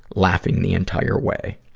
laughing the entire way.